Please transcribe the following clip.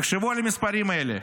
תחשבו על המספרים האלה.